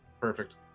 Perfect